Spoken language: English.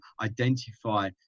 identify